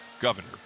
governor